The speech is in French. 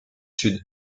sud